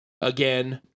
Again